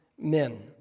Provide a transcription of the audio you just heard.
men